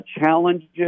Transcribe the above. challenges